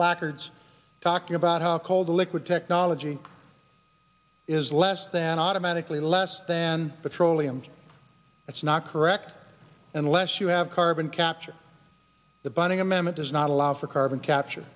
placards talking about how cold liquid technology is less than automatically less than petroleum that's not correct unless you have carbon capture the binding amendment does not allow for carbon capture